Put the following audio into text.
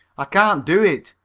i can't do it,